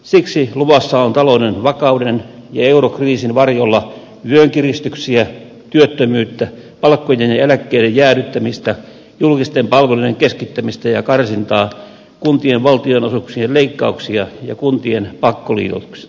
siksi luvassa on talouden vakauden ja eurokriisin varjolla vyönkiristyksiä työttömyyttä palkkojen ja eläkkeiden jäädyttämistä julkisten palveluiden keskittämistä ja karsintaa kuntien valtionosuuksien leikkauksia ja kuntien pakkoliitoksia